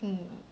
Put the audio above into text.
mm